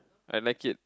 I like it